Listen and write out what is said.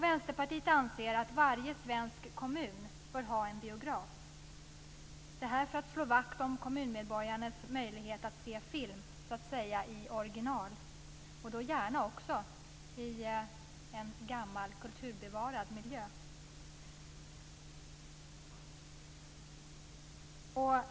Vänsterpartiet anser att varje svensk kommun bör ha en biograf - detta för att slå vakt om kommunmedborgarnas möjlighet att se film i original, och då gärna också i en gammal kulturbevarad miljö.